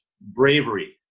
bravery